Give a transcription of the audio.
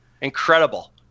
Incredible